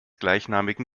gleichnamigen